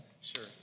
Sure